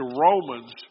Romans